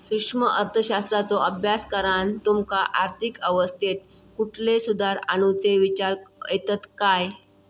सूक्ष्म अर्थशास्त्राचो अभ्यास करान तुमका आर्थिक अवस्थेत कुठले सुधार आणुचे विचार येतत काय?